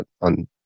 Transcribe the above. on